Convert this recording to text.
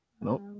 Nope